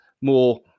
more